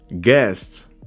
guests